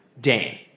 Dane